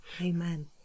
Amen